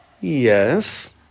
Yes